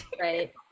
right